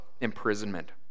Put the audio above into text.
imprisonment